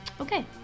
Okay